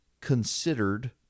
considered